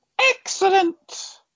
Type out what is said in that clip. Excellent